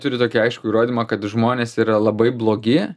turi tokį aiškų įrodymą kad žmonės yra labai blogi